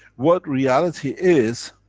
what reality is,